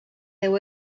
déu